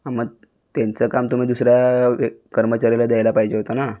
हा मग त्यांचं काम तर मग दुसऱ्या कर्मचाऱ्याला द्यायला पाहिजे होतं ना